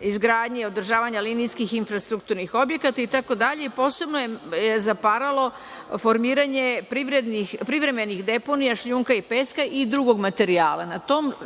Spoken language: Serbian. izgradnje i održavanja linijskih infrastrukturnih objekata itd. Posebno je zaparalo formiranje privremenih deponija šljunka i peska i drugog materijala.